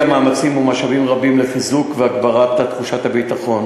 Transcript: מאמצים ומשאבים רבים לחיזוק ולהגברה של תחושת הביטחון